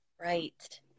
right